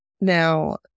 now